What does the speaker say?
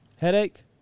Headache